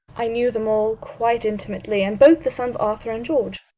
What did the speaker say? i knew them all quite intimately, and both the sons, arthur and george.